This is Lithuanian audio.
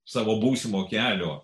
savo būsimo kelio